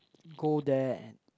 go there and